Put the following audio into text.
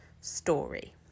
story